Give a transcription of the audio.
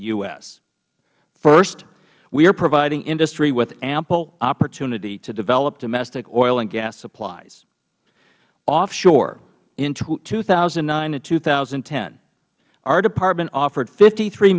s first we are providing industry with ample opportunity to develop domestic oil and gas supplies offshore in two thousand and nine and two thousand and ten our department offered fifty three